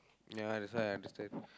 ya that's why I understand